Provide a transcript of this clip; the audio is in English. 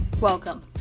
Welcome